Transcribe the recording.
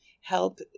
help